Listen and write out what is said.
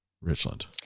Richland